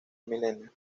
milenio